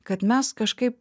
kad mes kažkaip